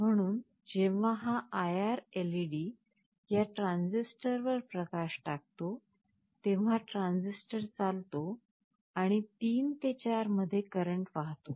म्हणून जेव्हा हा IR LED या ट्रान्झिस्टरवर प्रकाश टाकतो तेव्हा ट्रान्झिस्टर चालतो आणि 3 ते 4 मध्ये करंट वाहतो